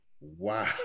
Wow